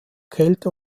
kälte